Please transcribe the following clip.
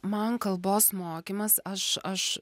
man kalbos mokymas aš aš